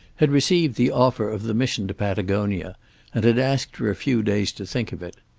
had received the offer of the mission to patagonia and had asked for a few days to think of it.